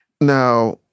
Now